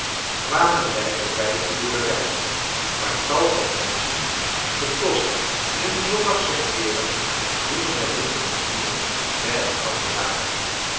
kwamen wij voorbij een boerderij waar tal van menschen gedost in hun zondagsche kleeren met bloemen en linten versierd bij elkander waren